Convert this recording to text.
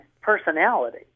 personality